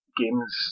games